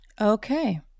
Okay